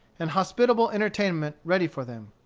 and hospitable entertainment ready for them.